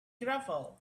gravel